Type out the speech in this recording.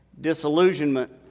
disillusionment